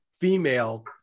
female